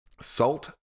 Salt